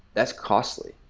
that's costly.